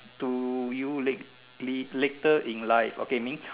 to you lately later in life okay means